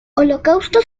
holocausto